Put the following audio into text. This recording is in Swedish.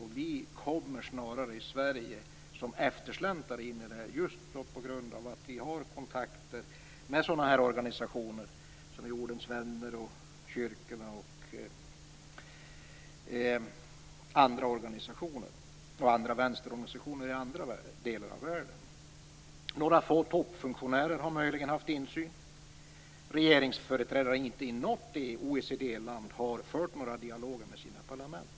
Vi i Sverige kommer snarare som eftersläntrare in i detta, just på grund av att vi har kontakter med organisationer som Jordens vänner, med kyrkorna och med andra vänsterorganisationer i andra delar av världen. Några få toppfunktionärer har möjligen haft insyn. Inte i något OECD-land har regeringsföreträdare fört dialoger med sina parlament.